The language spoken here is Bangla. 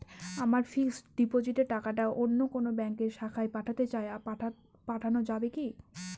আমার ফিক্সট ডিপোজিটের টাকাটা অন্য কোন ব্যঙ্কের শাখায় পাঠাতে চাই পাঠানো যাবে কি?